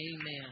Amen